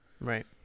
Right